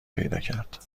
پیداکرد